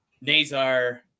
Nazar